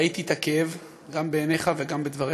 ראיתי את הכאב גם בעיניך וגם בדבריך.